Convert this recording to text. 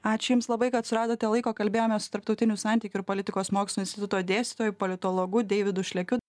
ačiū jums labai kad suradote laiko kalbėjome su tarptautinių santykių ir politikos mokslų instituto dėstytoju politologu deividu šlekiu